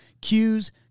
Cues